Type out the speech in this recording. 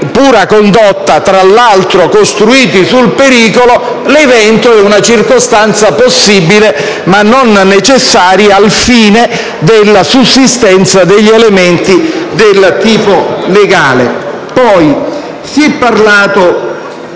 pura condotta, tra l'altro costruiti sul pericolo; l'evento è una circostanza possibile, ma non necessaria al fine della sussistenza degli elementi del tipo legale.